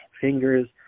fingers